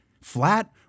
flat